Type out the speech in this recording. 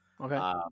Okay